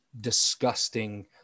disgusting